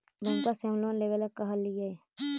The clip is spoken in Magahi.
बैंकवा से हम लोन लेवेल कहलिऐ?